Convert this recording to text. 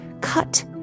cut